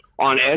on